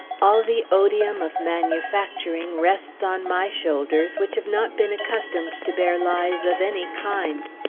all the odium of manufacturing rests on my shoulders, which have not been accustomed to bear lies of any kind.